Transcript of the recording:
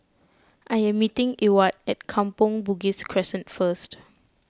I am meeting Ewart at Kampong Bugis Crescent first